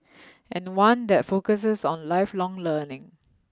and one that focuses on lifelong learning